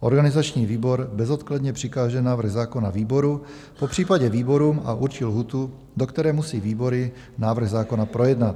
Organizační výbor bezodkladně přikáže návrh zákona výboru, popřípadě výborům, a určí lhůtu, do které musí výbory návrh zákona projednat.